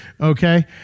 okay